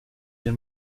den